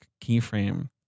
keyframe